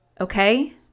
Okay